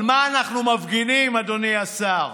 על מה אנחנו מפגינים, אדוני השר?